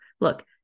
Look